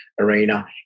arena